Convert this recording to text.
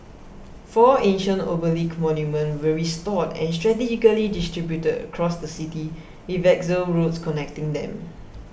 four ancient obelisk monuments were restored and strategically distributed across the city with axial roads connecting them